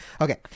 Okay